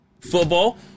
football